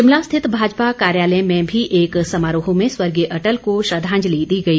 शिमला स्थित भाजपा कार्यालय में भी एक समारोह में स्वर्गीय अटल को श्रद्धांजलि दी गई